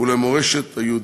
ולמורשת היהודית.